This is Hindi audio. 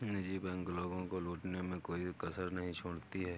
निजी बैंक लोगों को लूटने में कोई कसर नहीं छोड़ती है